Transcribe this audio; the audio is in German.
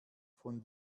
von